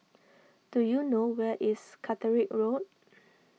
do you know where is Catterick Road